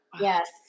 Yes